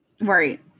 Right